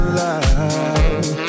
love